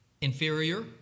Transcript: Inferior